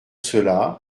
cela